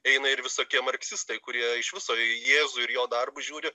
eina ir visokie marksistai kurie iš viso į jėzų ir jo darbus žiūri